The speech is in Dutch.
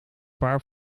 paar